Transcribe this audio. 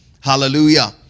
Hallelujah